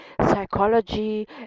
psychology